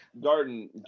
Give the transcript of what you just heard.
Garden